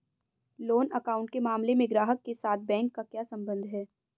Loan account के मामले में ग्राहक के साथ बैंक का क्या संबंध है?